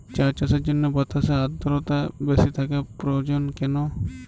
চা চাষের জন্য বাতাসে আর্দ্রতা বেশি থাকা প্রয়োজন কেন?